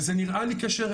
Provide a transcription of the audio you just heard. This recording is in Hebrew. זה נראה לי קשר,